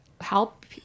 help